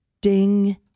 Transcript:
ding